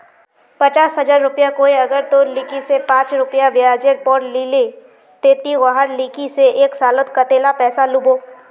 पचास हजार रुपया कोई अगर तोर लिकी से पाँच रुपया ब्याजेर पोर लीले ते ती वहार लिकी से एक सालोत कतेला पैसा लुबो?